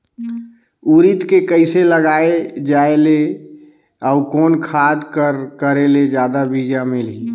उरीद के कइसे लगाय जाले अउ कोन खाद कर करेले जादा बीजा मिलही?